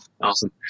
Awesome